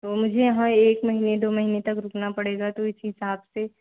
तो मुझे यहाँ एक महीने दो महीने तक रुकना पड़ेगा तो इस हिसाब से